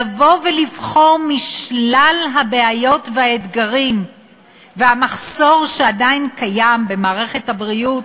לבוא ולבחור משלל הבעיות והאתגרים והמחסור שעדיין קיים במערכת הבריאות,